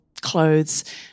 clothes